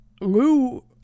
lou